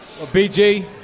BG